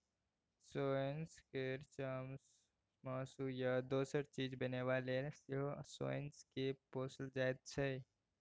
सोंइस केर चामसँ मासु या दोसर चीज बनेबा लेल सेहो सोंइस केँ पोसल जाइ छै